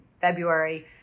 February